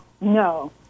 No